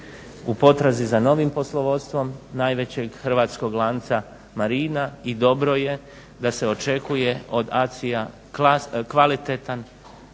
u potrazi za novim poslovodstvom najvećeg hrvatskog lanca marina i dobro je da se očekuje od ACI-a kvalitetan,